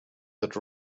that